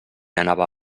anava